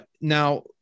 Now